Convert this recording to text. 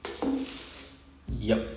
yup